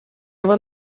were